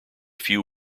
few